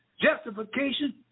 Justification